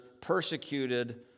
persecuted